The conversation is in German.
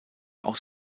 aus